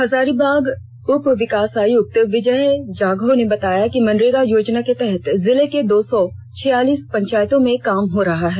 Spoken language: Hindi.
हजारीबाग उपविकास आयुक्त विजया जाधव ने बताया कि मनरेगा योजना के तहत जिले के दो सौ छियलीस पंचायतों में काम हो रहा है